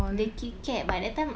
the KitKat but that time